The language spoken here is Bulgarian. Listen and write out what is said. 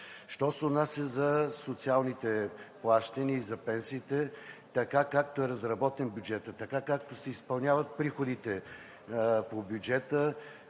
Що се отнася за социалните плащания и за пенсиите – така, както е разработен бюджетът, така, както се изпълняват приходите по бюджета,